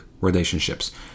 relationships